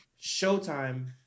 Showtime